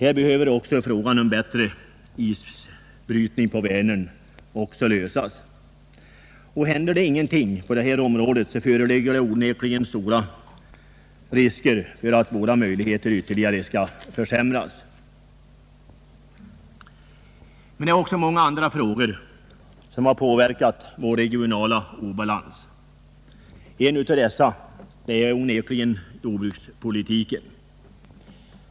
Även problemet med en bättre isbrytning på Vänern behöver lösas. Händer ingenting på detta område föreligger onekligen stora risker för att våra möjligheter ytterligare skall försämras. Även många andra frågor ha påverkat vår regionala obalans. En av dessa är onekligen jordbrukspolitiken.